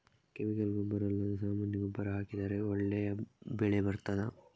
Chemical ಗೊಬ್ಬರ ಅಲ್ಲದೆ ಸಾಮಾನ್ಯ ಗೊಬ್ಬರ ಹಾಕಿದರೆ ಒಳ್ಳೆ ಬೆಳೆ ಬರ್ತದಾ?